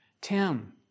Tim